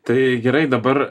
tai gerai dabar